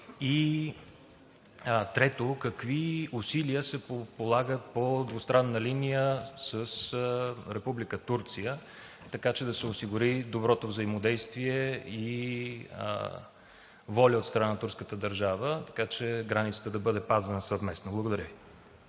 И трето, какви усилия се полагат по двустранна линия с Република Турция, за да се осигури доброто взаимодействие и воля от страна на турската държава, така че границата да бъде пазена съвместно? Благодаря Ви.